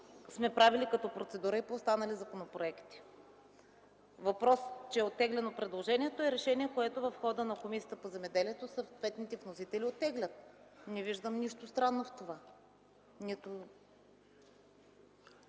сме правили като процедура и по останали законопроекти. Въпросът е, че е оттеглено предложение. Това е решение, което в хода на Комисията по земеделието и горите съответните вносители правят. Не виждам нищо странно в това.